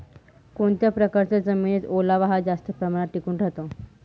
कोणत्या प्रकारच्या जमिनीत ओलावा हा जास्त प्रमाणात टिकून राहतो?